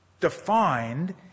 defined